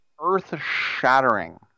earth-shattering